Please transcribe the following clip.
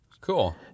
Cool